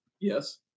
Yes